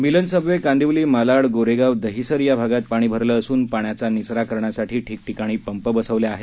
मिलन subway Kandivali Malad Goregaon Dahisar या भागात पाणी भरले असून पाण्याचा निचरा करण्यासाठी ठिकठिकाणी पंप बसविले आहेत